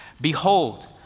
Behold